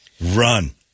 Run